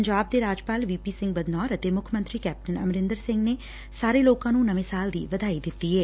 ਪੰਜਾਬ ਦੇ ਰਾਜਪਾਲ V P Singh Badnore ਅਤੇ ਮੁੱਖ ਮੰਤਰੀ ਕੈਪਟਨ ਅਮਰਿੰਦਰ ਸਿੰਘ ਨੇ ਸਾਰੇ ਲੋਕਾਂ ਨੂੰ ਨਵੇਂ ਸਾਲ ਦੀ ਵਧਾਈ ਦਿੱਤੀ ਏ